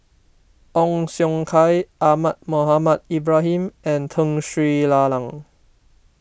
Ong Siong Kai Ahmad Mohamed Ibrahim and Tun Sri Lanang